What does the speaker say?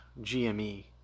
GME